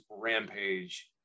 Rampage